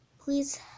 please